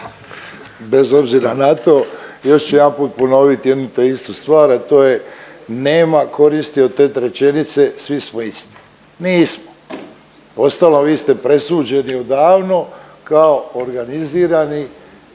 Bez obzira na to, još ću jedanput ponovit jednu te istu stvar, a to je nema koristi od te rečenice, svi smo isti. Nismo. Uostalom vi ste presuđeni odavno kao organizirani